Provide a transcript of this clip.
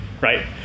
Right